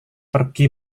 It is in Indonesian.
pergi